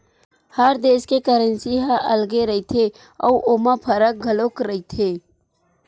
हर देस के करेंसी ह अलगे रहिथे अउ ओमा फरक घलो रहिथे